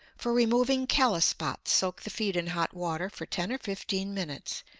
for removing callous spots, soak the feet in hot water for ten or fifteen minutes,